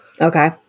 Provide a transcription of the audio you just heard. Okay